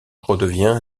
redevient